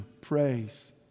praise